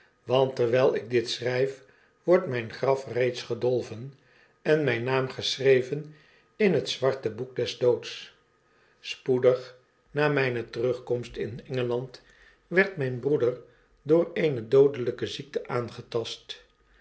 want terwyl ik dit schryf wordt myn graf reeds gedolven en mijn naam geschreven in het zwarte boek des doods spoedig na mpe terugkomst in engeland werd myn broeder door eene doodelyke ziekte aangetast